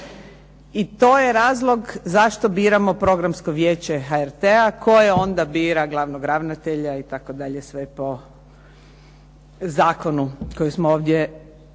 i to je razlog zašto biramo Programsko vijeće HRT-a koje onda bira glavnog ravnatelja itd. sve po zakonu koji smo ovdje donijeli.